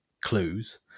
clues